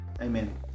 Amen